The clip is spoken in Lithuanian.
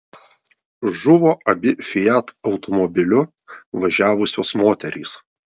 žuvo abi fiat automobiliu važiavusios moterys